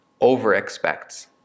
over-expects